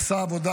עשה עבודה